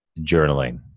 journaling